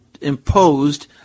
imposed